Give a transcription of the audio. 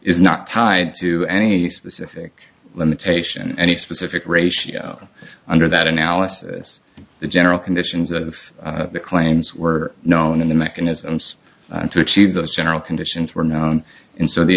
is not tied to any specific limitation in any specific ratio under that analysis the general conditions of the claims were known in the mechanisms to achieve those general conditions were known and so the